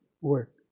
work